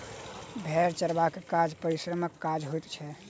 भेंड़ चरयबाक काज परिश्रमक काज होइत छै